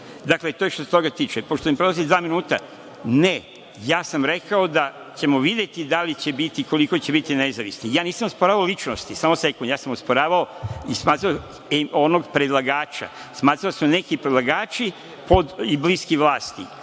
Dakle, to je što se toga tiče. Pošto mi prolazi dva minuta, ne, ja sam rekao da ćemo videti da li će biti, koliko će biti nezavisnih. Ja nisam osporavao ličnosti, samo sekund, ja sam osporavao i smatrao onog predlagača, smatrao da su neki predlagači pod i bliski vlasti,